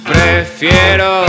Prefiero